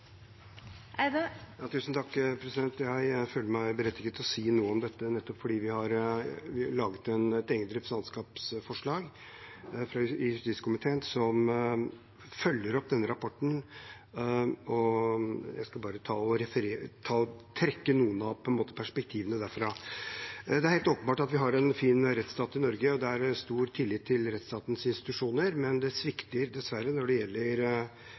Jeg føler meg berettiget til å si noe om dette, nettopp fordi vi har framsatt et eget representantforslag til behandling i justiskomiteen som følger opp denne rapporten. Jeg skal bare å trekke fram noen av perspektivene derfra. Det er helt åpenbart at vi har en fin rettsstat i Norge, og det er stor tillit til rettsstatens institusjoner, men det svikter dessverre når det gjelder